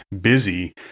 busy